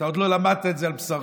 אתה עוד לא למדת את זה על בשרך.